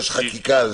דורש חקיקה.